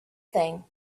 thing